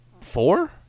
Four